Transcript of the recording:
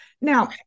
Now